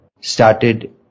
started